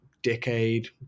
decade